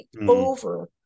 over